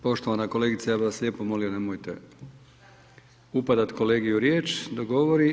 Poštovana kolegice ja bih vas lijepo molio nemojte upadati kolegi u riječ dok govori.